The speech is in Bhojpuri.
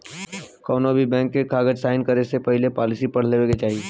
कौनोभी बैंक के कागज़ साइन करे से पहले पॉलिसी पढ़ लेवे के चाही